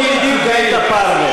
גם אתה לא בדיוק היית פרווה.